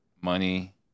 money